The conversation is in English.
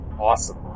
Awesome